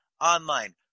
online